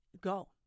go